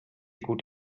gut